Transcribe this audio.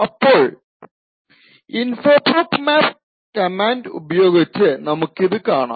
അപ്പോൾ info proc map command ഉപയോഗിച്ചു നമ്മുക്കിത് കാണാം